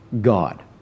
God